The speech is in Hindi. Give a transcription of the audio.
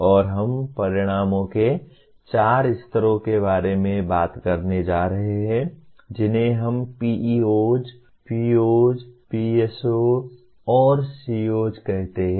और हम परिणामों के 4 स्तरों के बारे में बात करने जा रहे हैं जिन्हें हम PEOs POs PSO और COs कहते हैं